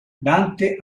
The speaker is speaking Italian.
dante